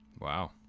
Wow